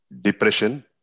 depression